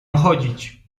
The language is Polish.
chodzić